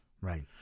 Right